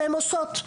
והן עושות,